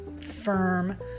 firm